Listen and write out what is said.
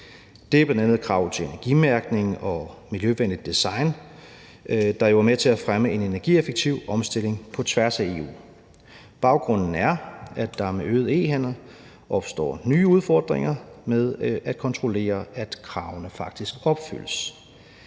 Det er bl.a. krav til energimærkning og miljøvenligt design, der jo er med til at fremme en energieffektiv omstilling på tværs af EU. Baggrunden er, at der med øget e-handel opstår nye udfordringer med at kontrollere, at kravene faktisk opfyldes.